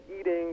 eating